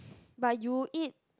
but you eat